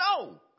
No